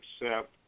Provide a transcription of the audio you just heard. accept